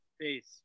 peace